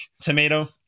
tomato